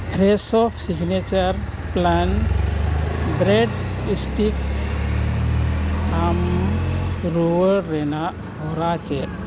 Fresho signature plain bread sticks ᱟᱢ ᱨᱩᱭᱟᱹᱲ ᱨᱮᱱᱟᱜ ᱦᱚᱨᱟ ᱪᱮᱫ